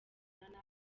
n’abana